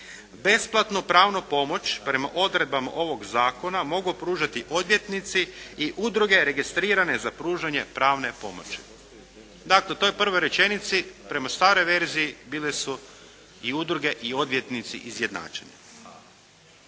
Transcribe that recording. "Besplatnu pravnu pomoć prema odredbama ovog zakona mogu pružati odvjetnici i udruge registrirane za pružanje pravne pomoći.". Dakle, u toj prvoj rečenici prema staroj verziji bile su i udruge i odvjetnici izjednačeni.